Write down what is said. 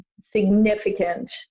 significant